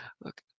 look